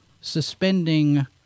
suspending